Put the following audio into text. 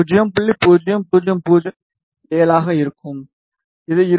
0007 ஆக இருக்கும் இது 2